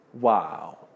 Wow